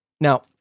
Now